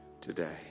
today